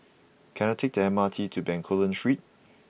can I take the M R T to Bencoolen Street